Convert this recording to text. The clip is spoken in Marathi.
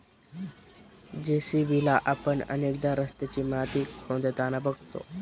जे.सी.बी ला आपण अनेकदा रस्त्याची माती खोदताना बघतो